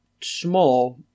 small